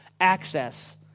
access